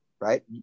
Right